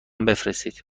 بفرستید